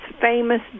famous